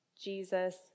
Jesus